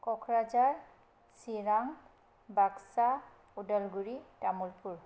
Kokrajhar Chirang Baksa Udalguri Tamulpur